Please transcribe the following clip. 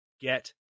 get